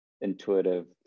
intuitive